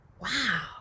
wow